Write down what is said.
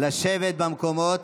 לשבת במקומות.